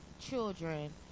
children